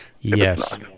Yes